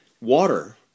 water